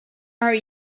are